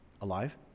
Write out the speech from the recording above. Alive